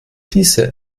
diese